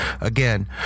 Again